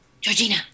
Georgina